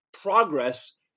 progress